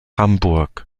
hamburg